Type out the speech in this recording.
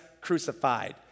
crucified